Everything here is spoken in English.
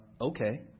Okay